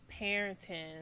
parenting